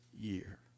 year